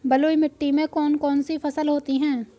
बलुई मिट्टी में कौन कौन सी फसल होती हैं?